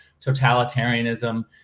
totalitarianism